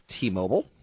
T-Mobile